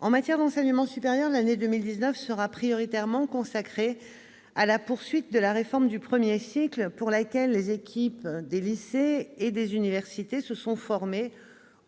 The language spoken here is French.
En matière d'enseignement supérieur, l'année 2019 sera prioritairement consacrée à la poursuite de la réforme du premier cycle, pour laquelle les équipes des lycées et des universités se sont formées,